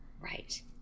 Right